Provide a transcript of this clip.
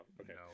Okay